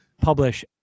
publish